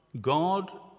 God